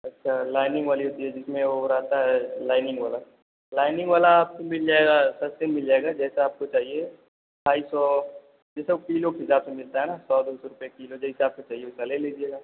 अच्छा लाइनिंग वाली होती है जिसमें वो रहता है लाइनिंग वाला लाइनिंग वाला आपको मिल जाएगा सस्ते में मिल जाएगा जैसा आपको चाहिए ढाई सौ जैसे वो किलो के हिसाब से मिलता है ना सौ दो सौ रुपये किलो जैसा आपको चाहिए वैसा ले लीजिएगा